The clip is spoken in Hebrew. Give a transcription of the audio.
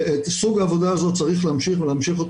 את סוג העבודה הזאת צריך להמשיך ולהמשיך אותו